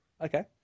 Okay